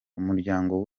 umuryango